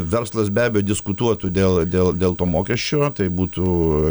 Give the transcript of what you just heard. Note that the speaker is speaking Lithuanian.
verslas be abejo diskutuotų dėl dėl dėl to mokesčio tai būtų